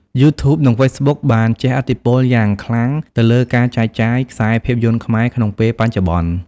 យូធូបនិង ហ្វេសប៊ុកបានជះឥទ្ធិពលយ៉ាងខ្លាំង ទៅលើការចែកចាយខ្សែភាពយន្តខ្មែរក្នុងពេលបច្ចុប្បន្ន។